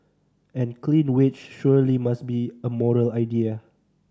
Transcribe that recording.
and clean wage surely must be a moral idea